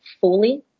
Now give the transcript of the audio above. fully